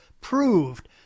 proved